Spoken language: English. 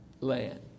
land